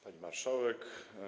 Pani Marszałek!